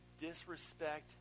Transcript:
disrespect